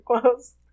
close